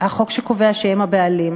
החוק שקובע שהם הבעלים.